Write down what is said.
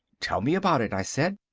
tell me about it, i said.